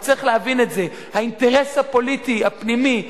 אבל צריך להבין את זה, האינטרס הפוליטי, הפנימי,